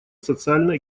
социально